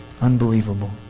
Unbelievable